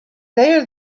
there